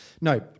no